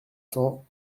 cents